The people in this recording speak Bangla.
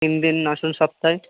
তিন দিন আসুন সপ্তাহে